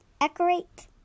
Decorate